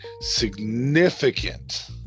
significant